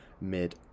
mid